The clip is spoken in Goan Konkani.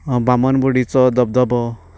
बामणबुडीचो धबधबो